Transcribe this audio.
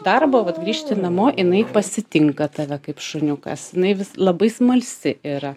darbo vat grįžti namo jinai pasitinka tave kaip šuniukas jinai vis labai smalsi yra